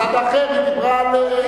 מצד אחר היא דיברה על,